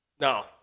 Now